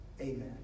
Amen